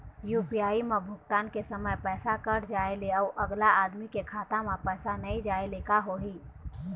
UPI म भुगतान के समय पैसा कट जाय ले, अउ अगला आदमी के खाता म पैसा नई जाय ले का होही?